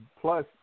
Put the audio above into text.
plus